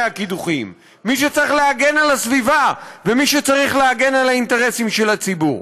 הקידוחים: מי שצריך להגן על הסביבה ומי שצריך להגן על האינטרסים של הציבור.